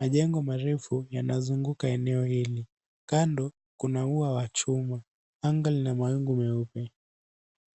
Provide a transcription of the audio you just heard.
majengo marefu yanazunguka eneo hilo. Kando kuna ua wa chuma, anga lina mawingu meupe.